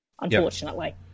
unfortunately